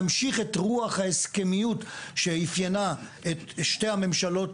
להמשיך את רוח ההסכמיות שאפיינה את שתי הממשלות